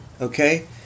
Okay